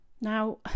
now